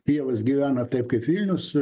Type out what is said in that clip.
kijevas gyvena taip kaip vilnius